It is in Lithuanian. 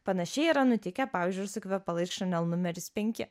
panašiai yra nutikę pavyzdžiui ir su kvepalais chanel numeris penki